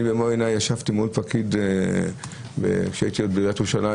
אני במו עיניי ישבתי מול פקיד כשהייתי בעיריית ירושלים,